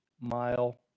mile